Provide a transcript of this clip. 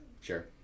Sure